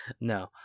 No